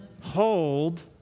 Hold